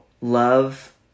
love